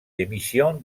démissionne